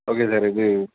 okay sir இது